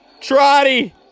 Trotty